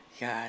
God